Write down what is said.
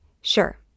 Sure